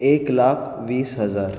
एक लाख वीस हजार